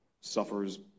suffers